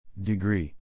Degree